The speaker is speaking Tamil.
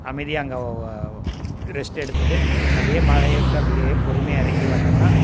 அமைதியாக அங்கே ரெஸ்ட் எடுத்துவிட்டு அப்படியே மலையை விட்டு அப்படியே பொறுமையாக இறங்கி வந்தமுன்னால்